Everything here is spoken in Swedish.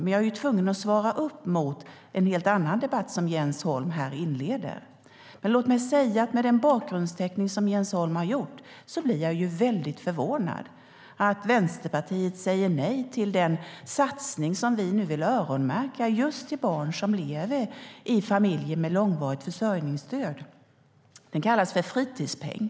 Men jag är tvungen att svara upp mot en helt annan debatt som Jens Holm här inleder. Med den bakgrundsteckning som Jens Holm har gjort blir jag väldigt förvånad att Vänsterpartiet säger nej den satsning som vi nu vill öronmärka just till barn som lever i familjer med långvarigt försörjningsstöd. Den kallas för fritidspeng.